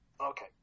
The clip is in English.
okay